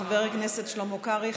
חבר הכנסת שלמה קרעי,